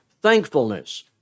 thankfulness